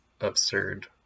absurd